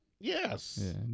Yes